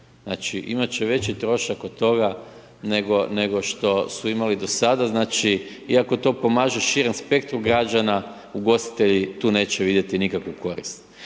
Znači imat će veći trošak od toga nego, nego što su imali do sada znači iako to pomaže širem spektru građana, ugostitelji tu neće vidjeti nikakvu korist.